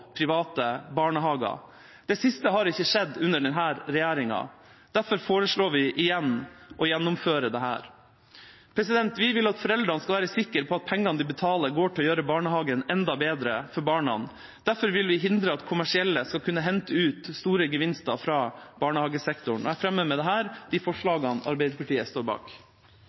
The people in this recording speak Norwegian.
private barnehager. Det siste har ikke skjedd under denne regjeringa. Derfor foreslår vi igjen å gjennomføre dette. Vi vil at foreldrene skal være sikre på at pengene de betaler, går til å gjøre barnehagen enda bedre for barna. Derfor vil vi hindre at kommersielle aktører skal kunne hente ut store gevinster fra barnehagesektoren. Jeg tar med dette opp Arbeiderpartiets forslag. Representanten Martin Henriksen har tatt opp det